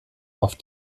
auf